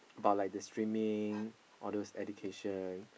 or like the streaming all those education